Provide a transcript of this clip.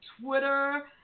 Twitter